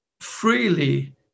freely